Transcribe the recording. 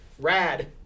rad